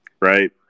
right